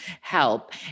help